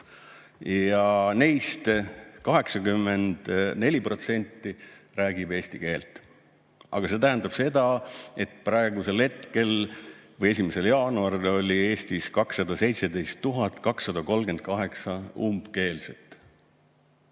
Ja neist 84% räägib eesti keelt. Aga see tähendab seda, et praegusel hetkel või 1. jaanuaril oli Eestis 217 238 umbkeelset.